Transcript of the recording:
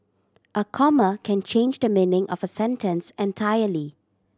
a comma can change the meaning of a sentence entirely